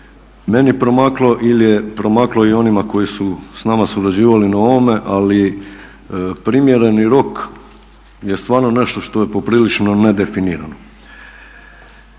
meni promaklo ili je promaklo i onim koji su s nama surađivali na ovome ali primjereni rok je stvarno nešto što je poprilično nedefinirano.